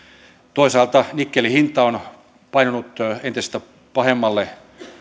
toisaalta nikkelin hinta on painunut entistä pahemmalle